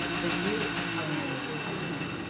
when you are managing a team,